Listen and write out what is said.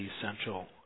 essential